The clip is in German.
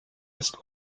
ist